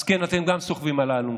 אז כן, אתם גם סוחבים אלונקה,